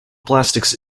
plastics